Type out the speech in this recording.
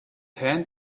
hand